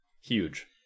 Huge